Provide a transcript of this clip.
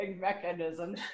mechanism